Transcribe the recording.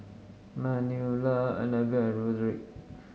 Manuela Annabell and Roderic